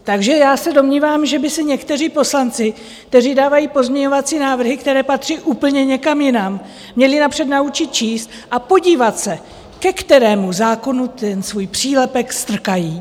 Takže já se domnívám, že by se někteří poslanci, kteří dávají pozměňovací návrhy, které patří úplně někam jinam, měli napřed naučit číst a podívat se, ke kterému zákonu ten svůj přílepek strkají.